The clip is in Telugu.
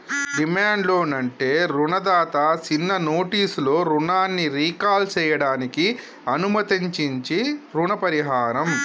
డిమాండ్ లోన్ అంటే రుణదాత సిన్న నోటీసులో రుణాన్ని రీకాల్ సేయడానికి అనుమతించించీ రుణ పరిహారం